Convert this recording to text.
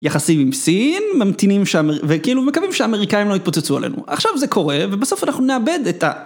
יחסים עם סין, ממתינים שאמר-, וכאילו מקווים שאמריקאים לא יתפוצצו עלינו. עכשיו זה קורה, ובסוף אנחנו נאבד את ה...